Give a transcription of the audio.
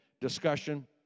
discussion